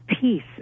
peace